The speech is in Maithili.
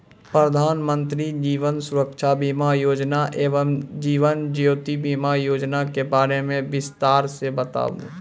प्रधान मंत्री जीवन सुरक्षा बीमा योजना एवं जीवन ज्योति बीमा योजना के बारे मे बिसतार से बताबू?